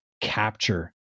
capture